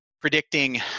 predicting